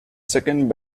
second